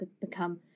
become